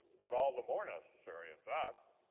but all the more necessary, in fact.